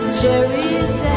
cherries